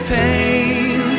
pain